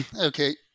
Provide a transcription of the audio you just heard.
Okay